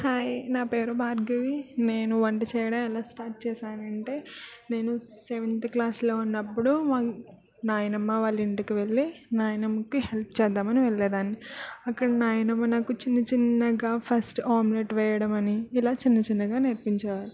hi నా పేరు భార్గవి నేను వంట చేయడం ఎలా స్టార్ట్ చేశాను అంటే నేను సెవెన్త్ క్లాస్లో ఉన్నప్పుడు మా నాయనమ్మ వాళ్ళ ఇంటికి వెళ్ళి నాయనమ్మకి హెల్ప్ చేద్దామని వెళ్ళేదాన్ని అక్కడ నాయనమ్మ నాకు చిన్న చిన్నగా ఫస్ట్ ఆమ్లెట్ వేయడం అని ఇలా చిన్న చిన్నగా నేర్పించేవారు